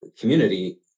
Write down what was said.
community